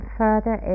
further